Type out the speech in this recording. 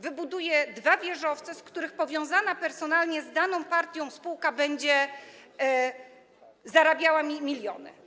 wybuduje dwa wieżowce, na których powiązana personalnie z daną partią spółka będzie zarabiała miliony?